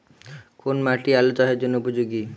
কোন মাটি আলু চাষের জন্যে উপযোগী?